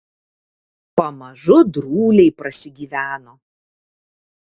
pamažu drūliai prasigyveno